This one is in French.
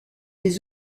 des